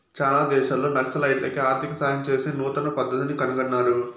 చాలా దేశాల్లో నక్సలైట్లకి ఆర్థిక సాయం చేసే నూతన పద్దతిని కనుగొన్నారు